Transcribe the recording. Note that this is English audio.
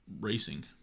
racing